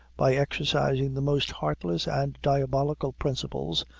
by exercising the most heartless and diabolical principles,